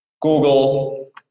Google